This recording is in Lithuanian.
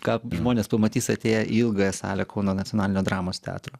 ką žmonės pamatys atėję į ilgąją salę kauno nacionalinio dramos teatro